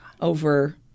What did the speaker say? Over